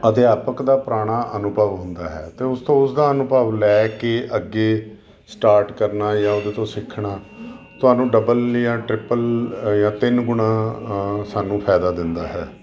ਅਧਿਆਪਕ ਦਾ ਪੁਰਾਣਾ ਅਨੁਭਵ ਹੁੰਦਾ ਹੈ ਅਤੇ ਉਸ ਤੋਂ ਉਸ ਦਾ ਅਨੁਭਵ ਲੈ ਕੇ ਅੱਗੇ ਸਟਾਰਟ ਕਰਨਾ ਜਾਂ ਉਹਦੇ ਤੋਂ ਸਿੱਖਣਾ ਤੁਹਾਨੂੰ ਡਬਲ ਜਾਂ ਟ੍ਰਿਪਲ ਜਾਂ ਤਿੰਨ ਗੁਣਾ ਸਾਨੂੰ ਫਾਇਦਾ ਦਿੰਦਾ ਹੈ